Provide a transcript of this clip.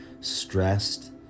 Stressed